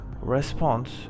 response